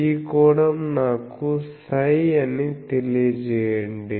ఈ కోణం నాకు ψ అని తెలియజేయండి